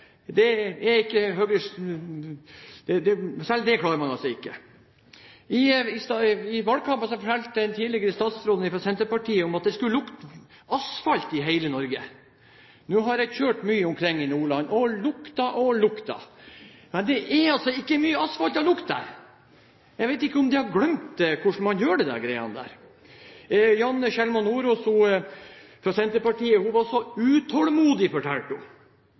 det klarer man altså ikke. I valgkampen fortalte en tidligere statsråd fra Senterpartiet at det skulle lukte asfalt i hele Norge. Nå har jeg kjørt mye omkring i Nordland og luktet og luktet, men det er altså ikke mye asfalt å lukte der. Jeg vet ikke om de har glemt hvordan man gjør de greiene der. Janne Sjelmo Nordås fra Senterpartiet var så «utålmodig», fortalte hun.